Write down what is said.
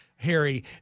Harry